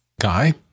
Guy